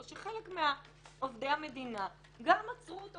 או שחלק מעובדי המדינה גם עצרו אותו